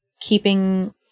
keeping